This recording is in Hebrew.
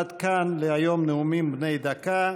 עד כאן להיום נאומים בני דקה.